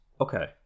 Okay